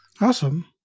Awesome